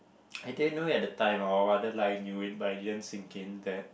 I didn't know it time or rather like I knew it but it didn't sink in there